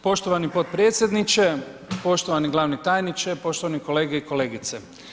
Poštovani potpredsjedniče, poštovani glavni tajniče, poštovani kolege i kolegice.